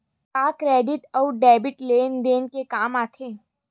का क्रेडिट अउ डेबिट लेन देन के काम आथे?